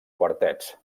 quartets